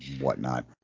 whatnot